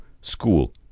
school